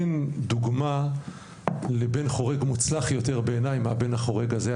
אין דוגמה לבן חורג מוצלח יותר בעיניי מהבן החורג הזה.